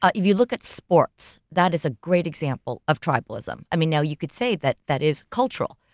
ah if you look at sports, that is a great example of tribalism. i mean now you can say that that is cultural.